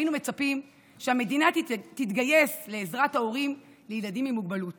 היינו מצפים שהמדינה תתגייס לעזרת הורים לילדים עם מוגבלות